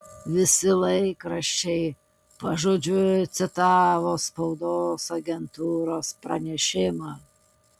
visi laikraščiai pažodžiui citavo spaudos agentūros pranešimą